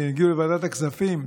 כשהגיעו לוועדת הכספים,